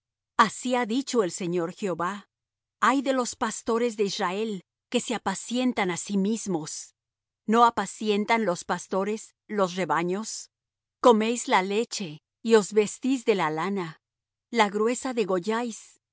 así ha dicho el señor jehová ay de los pastores de israel que se apacientan á sí mismos no apacientan los pastores los rebaños coméis la leche y os vestís de la lana la gruesa